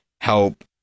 help